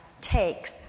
takes